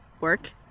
work